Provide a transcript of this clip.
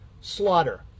Slaughter